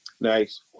Nice